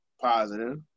positive